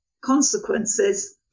consequences